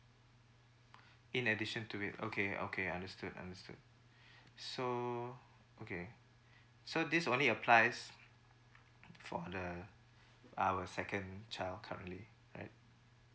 in addition to it okay okay I understood understood so okay so this only applies for the our second child currently right